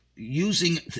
using